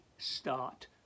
start